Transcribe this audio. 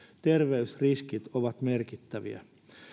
terveysriskit ovat merkittäviä